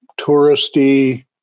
touristy